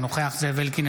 אינו נוכח זאב אלקין,